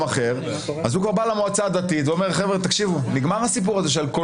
אחר אז הוא כבר בא למועצה דתית ואומר שנגמר הסיפור שעל כל